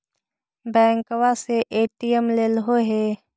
बैंकवा से ए.टी.एम लेलहो है?